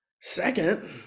Second